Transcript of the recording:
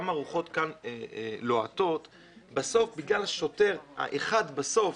הרוחות כאן לוהטות בסוף בגלל השוטר האחד בסוף,